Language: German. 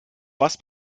was